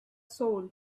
soul